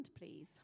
please